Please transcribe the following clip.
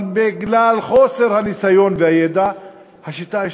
אבל בגלל חוסר הניסיון והידע השיטה השתכללה,